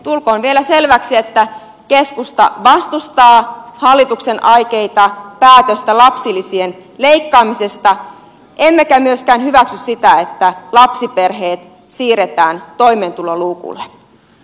tulkoon vielä selväksi että keskusta vastustaa hallituksen aikeita päätöstä lapsilisien leikkaamisesta emmekä hyväksy myöskään sitä että lapsiperheet siirretään toimeentuloluukulle